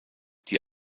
die